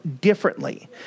differently